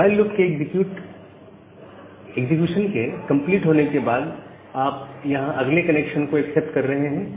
while loop के execution के complete होने के बाद ही आप यहां अगले कनेक्शन को एक्सेप्ट कर रहे हैं